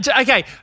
Okay